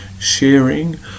sharing